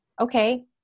okay